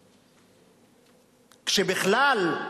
כשבכלל,